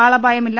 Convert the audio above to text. ആളപായമില്ല